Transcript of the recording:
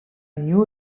new